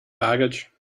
baggage